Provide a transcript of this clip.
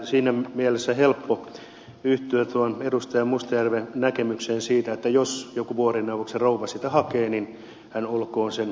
siinä mielessä on helppo yhtyä tuohon edustaja mustajärven näkemykseen siitä että jos joku vuorineuvoksen rouva sitä hakee niin hän olkoon sen avun tarpeessa